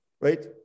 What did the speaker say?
right